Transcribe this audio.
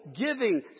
giving